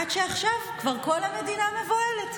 עד שעכשיו כבר כל המדינה מבוהלת.